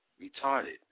retarded